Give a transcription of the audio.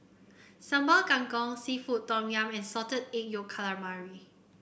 Sambal Kangkong seafood Tom Yum and Salted Egg Yolk Calamari